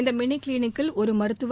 இந்த மினி கிளினிக்கில் ஒரு மருத்துவர்